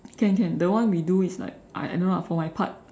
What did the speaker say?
can can that one we do is like I I don't know lah for my part